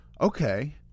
okay